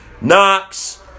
Knox